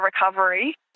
recovery